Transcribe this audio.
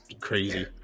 crazy